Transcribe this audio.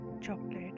chocolate